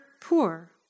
poor